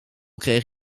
kreeg